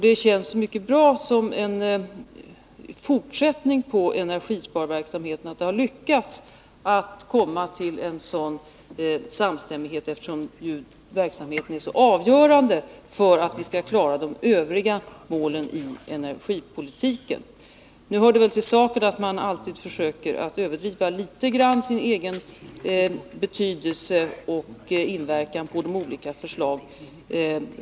Det känns bra att vi har lyckats komma till en sådan samstämmighet med fortsättning på energisparverksamheten — den verksamheten är avgörande för att vi skall klara de övriga målen i energipolitiken. Det hör väl till saken att man alltid litet grand överdriver sin egen betydelse och inverkan på de förslag som framläggs.